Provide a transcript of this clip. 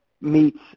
meets